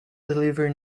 delivery